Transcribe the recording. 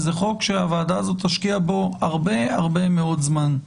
וזה חוק שהוועדה הזאת תשקיע בו הרבה מאוד זמן.